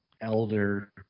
elder